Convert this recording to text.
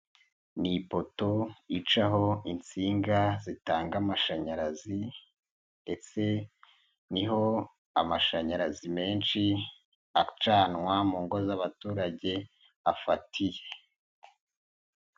Ni ipoto icaho insinga zitanga amashanyarazi ndetse ni ho amashanyarazi menshi acanwa mu ngo z'abaturage afatiye.